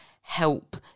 help